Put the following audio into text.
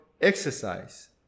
exercise